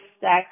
sex